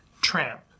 Tramp